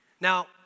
Now